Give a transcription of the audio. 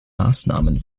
maßnahmen